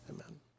Amen